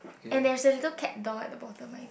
and there's a little cat door at the bottom my